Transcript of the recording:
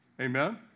Amen